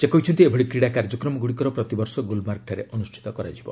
ସେ କହିଛନ୍ତି ଏଭଳି କ୍ରୀଡ଼ା କାର୍ଯ୍ୟକ୍ରମଗୁଡ଼ିକର ପ୍ରତି ବର୍ଷ ଗୁଲମାର୍ଗଠାରେ ଅନୁଷ୍ଠିତ ହେବ